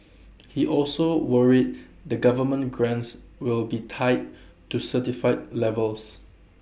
he also worried that government grants will be tied to certify levels